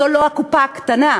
זו לא הקופה הקטנה.